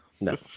No